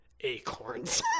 Acorns